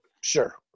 Sure